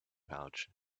pouch